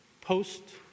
post